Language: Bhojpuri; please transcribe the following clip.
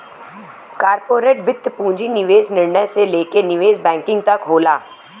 कॉर्पोरेट वित्त पूंजी निवेश निर्णय से लेके निवेश बैंकिंग तक होला